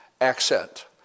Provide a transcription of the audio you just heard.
accent